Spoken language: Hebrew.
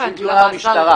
מגישים תלונה למשטרה,